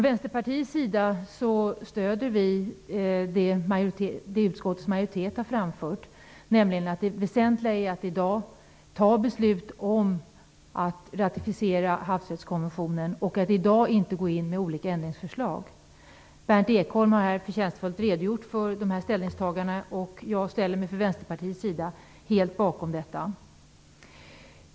Vänsterpartiet stöder det som utskottsmajoriteten har framfört, nämligen att det väsentliga i dag är att fatta beslut om att ratificera havsrättskonventionen och att i dag inte gå in med olika ändringsförslag. Berndt Ekholm har här på ett förtjänstfullt sätt redogjort för dessa ställningstaganden, och jag ställer mig från Vänsterpartiets sida helt bakom detta.